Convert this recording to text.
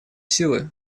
силы